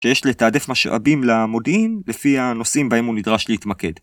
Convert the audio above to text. שיש לתעדף משאבים למודיעין לפי הנושאים בהם הוא נדרש להתמקד.